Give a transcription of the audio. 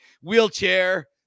Wheelchair